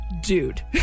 Dude